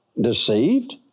deceived